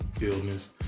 illness